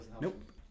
Nope